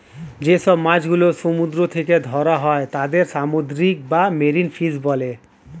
যে সব মাছ গুলো সমুদ্র থেকে ধরা হয় তাদের সামুদ্রিক বা মেরিন ফিশ বলে